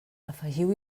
afegiu